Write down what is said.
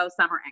Summer